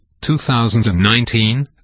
2019